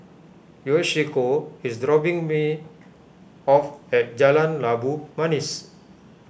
Yoshiko is dropping me off at Jalan Labu Manis